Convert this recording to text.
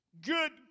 Good